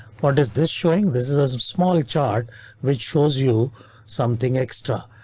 what is this showing? this is a small chart which shows you something extra.